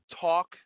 Talk